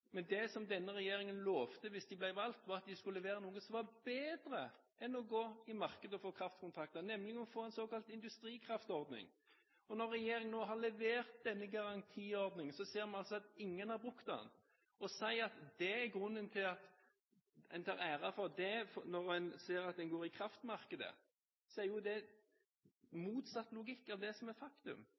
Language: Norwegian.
men det som denne regjeringen lovet hvis den ble valgt, var at det skulle være noe som var bedre enn å gå i markedet for kraftkontrakter, nemlig å få en såkalt industrikraftordning. Når regjeringen nå har levert denne garantiordningen, ser man altså at ingen har brukt den. Å si at det er grunn til å ta æren for det, når en ser at en går i kraftmarkedet, er jo det motsatt logikk av det som er faktum.